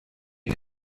how